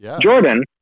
Jordan